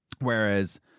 Whereas